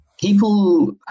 people